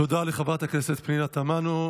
תודה לחברת הכנסת פנינה תמנו.